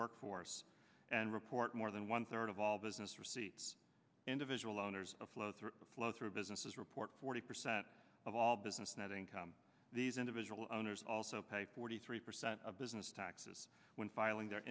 workforce and report more than one third of all business receipts individual owners of flow through the flow through businesses report forty percent of all business net income these individual owners also pay forty three percent of business taxes when filing their